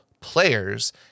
players